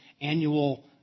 annual